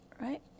right